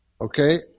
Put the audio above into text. Okay